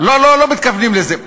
לא, לא, לא מתכוונים לזה.